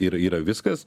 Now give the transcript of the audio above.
ir yra viskas